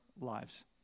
lives